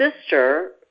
sister